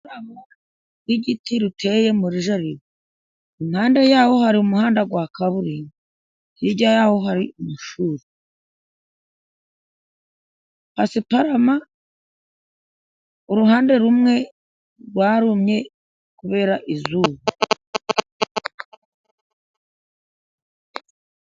Igiti giteye muri jaride impande yaho hari umuhanda wa kaburimbo. Hirya yaho hari amashuri. Pasiparama uruhande rumwe rwarumye kubera izuba.